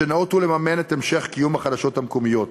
שניאותו לממן את המשך קיום החדשות המקומיות.